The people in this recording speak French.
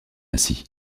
ainsi